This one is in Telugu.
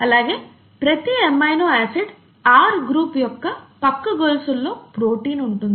అలాగే ప్రతి ఎమినో ఆసిడ్ R గ్రూప్ యొక్క పక్క గొలుసుల్లో ప్రోటీన్ ఉంటుంది